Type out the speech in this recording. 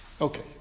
Okay